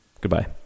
Goodbye